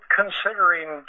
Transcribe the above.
considering